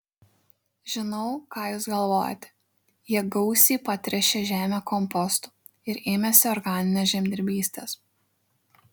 žinau ką jūs galvojate jie gausiai patręšė žemę kompostu ir ėmėsi organinės žemdirbystės